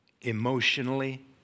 emotionally